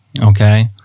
okay